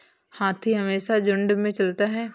हाथी हमेशा झुंड में चलता है